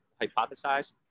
hypothesize